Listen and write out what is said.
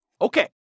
Okay